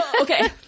okay